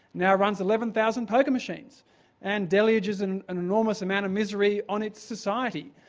now runs eleven thousand poker machines and deluges an enormous amount of misery on its society.